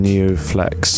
Neoflex